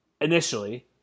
initially